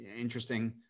interesting